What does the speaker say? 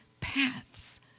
paths